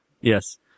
Yes